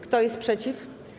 Kto jest przeciw?